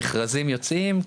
המכרזים יוצאים.